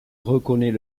reconnait